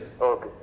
Okay